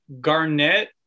Garnett